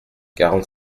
quarante